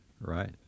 right